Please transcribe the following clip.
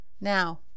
Now